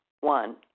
One